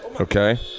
Okay